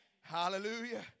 Hallelujah